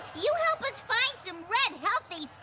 you help us find some red healthy